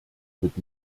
mit